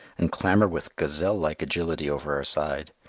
and clamber with gazelle-like agility over our side.